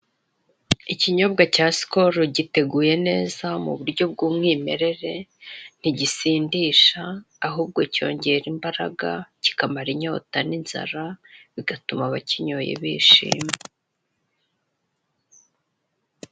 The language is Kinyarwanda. Icyinyobwa cya sikoro giteguye neza muburyo bwumwimerere ntigisindisha , ahubwo cyongera imbaraga kimara inyota n'inzara, kigatuma abakinywoye bishima